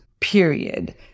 period